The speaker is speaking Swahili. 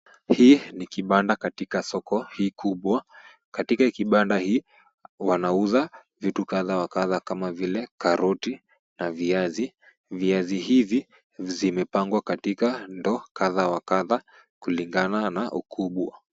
Hii ni kibanda katika soko hii kubwa. Katika kibanda hii wanauza vitu kadhaa wa kadhaa kama vile karoti na viazi. Viazi hivi zimepangwa katika ndoo kadhaa wa kadhaa kulingana na ukubwa.